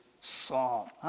psalm